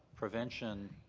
prevention,